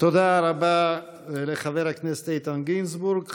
תודה רבה לחבר הכנסת איתן גינזבורג.